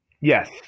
Yes